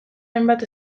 hainbat